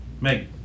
Meg